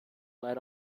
let